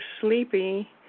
sleepy